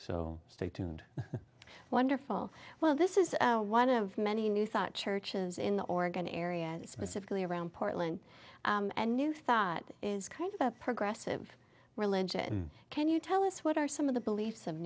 so stay tuned wonderful well this is one of many new thought churches in oregon area specifically around portland and news that is kind of a progressive religion can you tell us what are some of the beliefs of